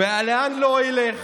ולאן לא ילך?